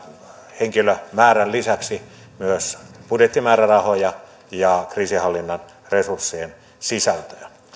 henkilömäärän lisäksi myös budjettimäärärahoja ja kriisinhallinnan resurssien sisältöä